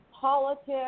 politics